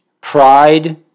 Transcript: pride